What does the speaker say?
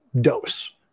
dose